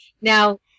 now